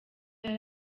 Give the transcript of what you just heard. yari